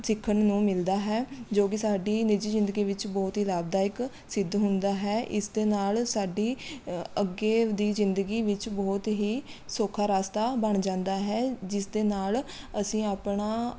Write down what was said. ਸਿੱਖਣ ਨੂੰ ਮਿਲਦਾ ਹੈ ਜੋ ਵੀ ਸਾਡੀ ਨਿੱਜੀ ਜ਼ਿੰਦਗੀ ਵਿੱਚ ਬਹੁਤ ਹੀ ਲਾਭਦਾਇਕ ਸਿੱਧ ਹੁੰਦਾ ਹੈ ਇਸ ਦੇ ਨਾਲ਼ ਸਾਡੀ ਅੱਗੇ ਦੀ ਜ਼ਿੰਦਗੀ ਵਿੱਚ ਬਹੁਤ ਹੀ ਸੌਖਾ ਰਸਤਾ ਬਣ ਜਾਂਦਾ ਹੈ ਜਿਸ ਦੇ ਨਾਲ਼ ਅਸੀਂ ਆਪਣਾ